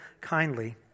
kindly